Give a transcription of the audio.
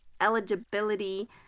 eligibility